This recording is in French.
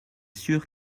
sûr